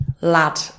lad